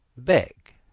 beg,